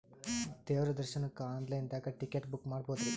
ದೇವ್ರ ದರ್ಶನಕ್ಕ online ದಾಗ ಟಿಕೆಟ ಬುಕ್ಕ ಮಾಡ್ಬೊದ್ರಿ?